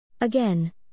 Again